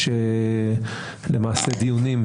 יש למעשה דיונים,